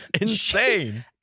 Insane